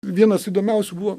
vienas įdomiausių buvo